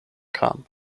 kam